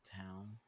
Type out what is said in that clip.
town